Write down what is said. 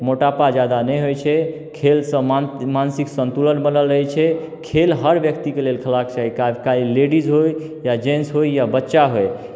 मोटापा जादा नहि होइत छै खेलसँ मान मानसिक संतुलन बनल रहैत छै खेल खेल हर व्यक्तिके लेल खेलबाक चाही चाहे लेडीज होइ या जेंटस होइ या बच्चा होइ